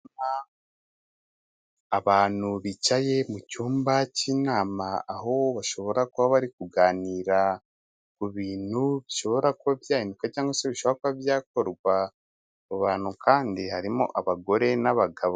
Abantu bicaye mu cyumba cy'inama aho bashobora kuba bari kuganira ku bintu bishobora kuba byahinduka cyangwa se bishobora kuba byakorwa, abo bantu kandi harimo abagore n'abagabo.